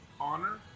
honor